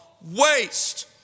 waste